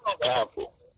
Powerful